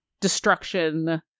destruction